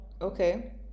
okay